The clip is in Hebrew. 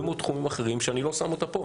מאוד תחומים אחרים שאני לא שם אותה פה.